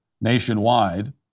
nationwide